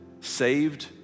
saved